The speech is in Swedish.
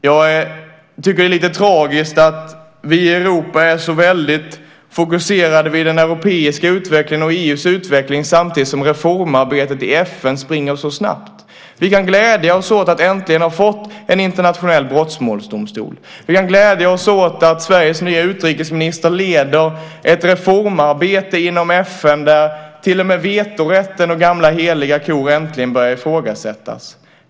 Jag tycker att det är lite tragiskt att vi i Europa är så väldigt fokuserade vid den europeiska utvecklingen och EU:s utveckling, samtidigt som reformarbetet i FN springer så snabbt. Vi kan glädja oss åt att äntligen ha fått en internationell brottmålsdomstol. Vi kan glädja oss åt att Sveriges nye utrikesminister leder ett reformarbete inom FN där till och med gamla heliga kor som vetorätten äntligen börjar ifrågasättas.